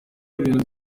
ibintu